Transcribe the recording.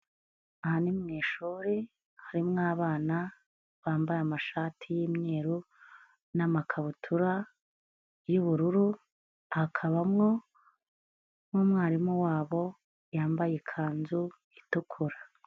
Aha ni mu ishuri harimo abana bambaye amashati y'imweru, n'amakabutura y'ubururu hakabamo n'umwarimu wabo yambaye ikanzu itukura.